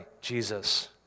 Jesus